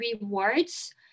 rewards